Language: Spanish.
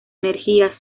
energía